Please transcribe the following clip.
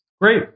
Great